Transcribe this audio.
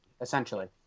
essentially